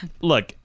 Look